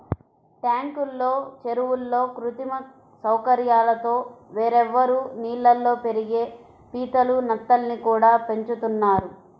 ట్యాంకుల్లో, చెరువుల్లో కృత్రిమ సౌకర్యాలతో వేర్వేరు నీళ్ళల్లో పెరిగే పీతలు, నత్తల్ని కూడా పెంచుతున్నారు